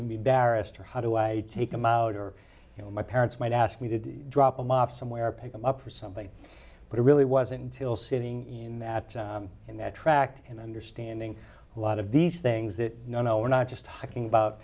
be barrister how do i take them out or you know my parents might ask me to drop them off somewhere pick them up or something but it really wasn't until sitting in that in that tract and understanding a lot of these things that no no we're not just talking about